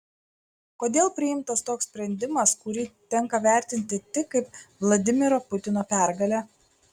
kodėl priimtas toks sprendimas kurį tenka vertinti tik kaip vladimiro putino pergalę